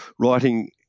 writing